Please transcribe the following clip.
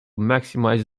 maximize